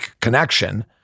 connection